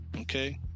okay